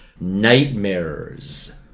Nightmares